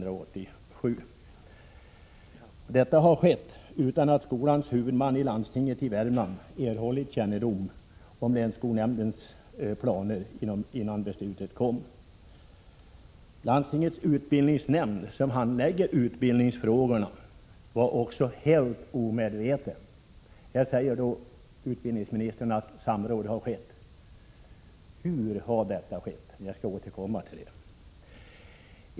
Detta har skett utan att skolans huvudman, landstinget i Värmland, erhållit kännedom om länsskolnämndens planer innan beslutet fattades. Också landstingets utbildningsnämnd, som handlägger de här utbildningsfrågorna, var helt omedveten om detta. Utbildningsministern har sagt att samråd har skett. Hur har detta gått till? Jag skall återkomma till detta.